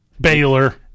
Baylor